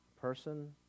person